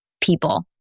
people